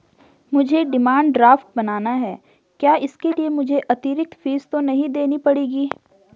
मुझे demand draft बनाना है क्या इसके लिए मुझे अतिरिक्त फीस तो नहीं देनी पड़ेगी?